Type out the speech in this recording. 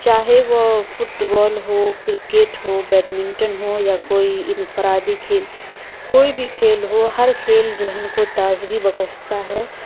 چاہے وہ football ہو کرکٹ ہو بیڈمنٹن ہو یا کوئی انفرادی کھیل کوئی بھی کھیل ہو ہر کھیل ذہن کو تازگی بکھستا ہے